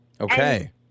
Okay